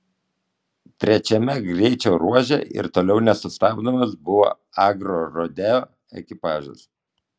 trečiame greičio ruože ir toliau nesustabdomas buvo agrorodeo ekipažas